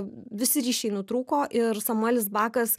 visi ryšiai nutrūko ir samuelis bakas